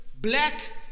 black